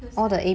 yes eh